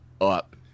up